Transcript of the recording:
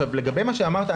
לגבי מה שאמרת,